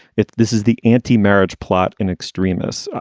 if this is the anti marriage plot in extremis,